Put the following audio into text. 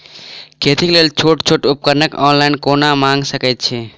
खेतीक लेल छोट छोट उपकरण ऑनलाइन कोना मंगा सकैत छी?